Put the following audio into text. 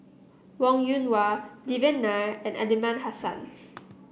Wong Yoon Wah Devan Nair and Aliman Hassan